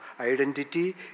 identity